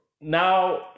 now